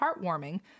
heartwarming